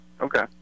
Okay